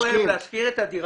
מותר להם להשכיר את הדירה?